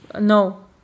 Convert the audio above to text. No